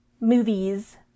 movies